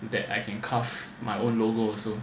that I can carve my own logo also